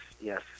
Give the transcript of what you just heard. yes